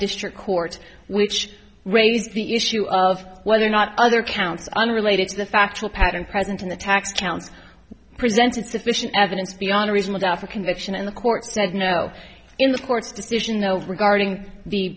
district court which raised the issue of whether or not other counts unrelated to the factual pattern present in the tax counts presented sufficient evidence beyond reasonable doubt for a conviction in the court said no in the court's decision no regarding the